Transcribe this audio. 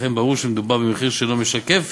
ולכן ברור שמדובר במחיר שאינו משקף